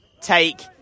take